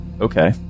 Okay